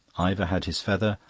ivor had his feather,